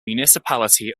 municipality